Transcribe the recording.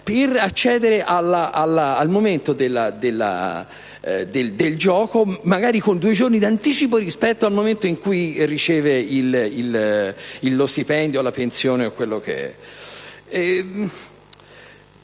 per accedere al gioco, magari, con due giorni d'anticipo rispetto al momento in cui riceve lo stipendio o la pensione. Nel mio